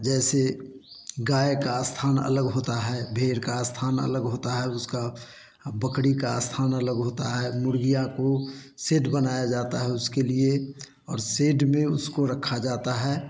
जैसे गाय का स्थान अलग होता है भेड़ का अलग स्थान अलग होता है उसका बकरी का स्थान अलग होता है मुर्गियाँ को सेट बनाया जाता है उसके लिए और सेट में उसको रखा जाता है